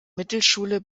mittelschule